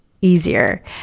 easier